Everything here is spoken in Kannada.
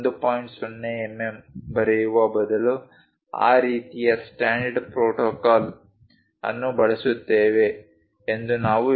0 ಎಂಎಂ ಬರೆಯುವ ಬದಲು ಆ ರೀತಿಯ ಸ್ಟ್ಯಾಂಡರ್ಡ್ ಪ್ರೊಟೊಕಾಲ್ ಅನ್ನು ಬಳಸುತ್ತೇವೆ ಎಂದು ನಾವು ಹೇಳಿದ್ದೇವೆ